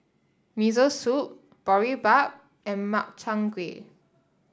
Miso Soup Boribap and Makchang Gui